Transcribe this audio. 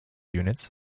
units